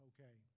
Okay